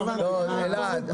לא הבנתי.